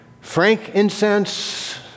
Frankincense